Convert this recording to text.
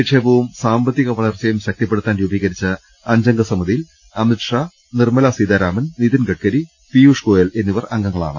നിക്ഷേപവും സാമ്പത്തിക വളർച്ചയും ശക്തിപ്പെടു ത്താൻ രൂപീകരിച്ച അഞ്ചംഗ സമിതിയിൽ അമിത്ഷാ നിർമ്മലാ സീതാരാ മൻ നിതിൻ ഗഡ്കരി പീയുഷ് ഗോയൽ എന്നിവർ അംഗങ്ങളാണ്